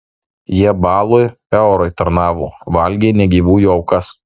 jie baalui peorui tarnavo valgė negyvųjų aukas